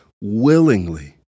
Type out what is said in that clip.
willingly